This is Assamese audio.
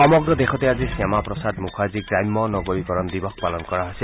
সমগ্ৰ দেশতে আজি শ্যামা প্ৰসাদ মুখাৰ্জী গ্ৰাম্য নগৰীকৰণ দিৱস পালন কৰা হৈছে